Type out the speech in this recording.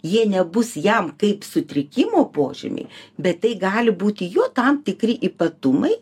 jie nebus jam kaip sutrikimo požymiai bet tai gali būti jo tam tikri ypatumai